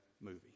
movie